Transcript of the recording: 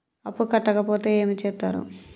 అప్పు కట్టకపోతే ఏమి చేత్తరు?